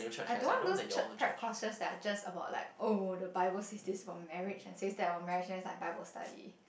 I don't want those church prep courses that are just about like oh the Bible says this for marriage and says that about marriage then it's like Bible study